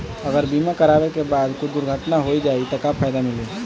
अगर बीमा करावे के बाद कुछ दुर्घटना हो जाई त का फायदा मिली?